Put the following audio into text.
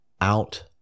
out